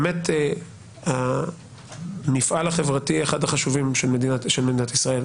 באמת זהו אחד המפעלים החברתיים החשובים של מדינת ישראל.